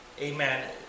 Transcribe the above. Amen